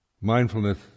Mindfulness